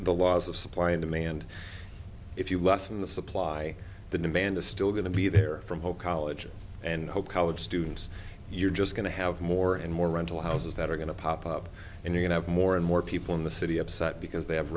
the laws of supply and demand if you lessen the supply why the demand is still going to be there from hope college and hope college students you're just going to have more and more rental houses that are going to pop up and you have more and more people in the city upset because they have